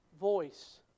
voice